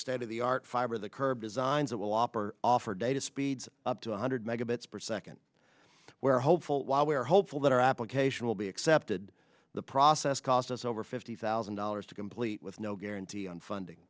state of the art fiber the curve designs that will offer offer data speeds up to one hundred megabits per second we're hopeful while we are hopeful that our application will be accepted the process cost us over fifty thousand dollars to complete with no guarantee on funding